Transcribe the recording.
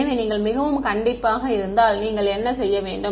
எனவே நீங்கள் மிகவும் கண்டிப்பாக இருந்தால் நீங்கள் என்ன செய்ய வேண்டும்